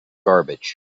garbage